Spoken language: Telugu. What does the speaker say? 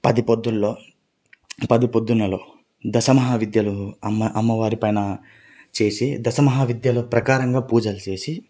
పది పొద్దుల్లో పది పొద్దులలో దశమహా విద్యలు అమ్మ అమ్మవారి పైన చేసి దశమహా విద్యల ప్రకారంగా పూజలు చేసి